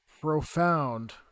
profound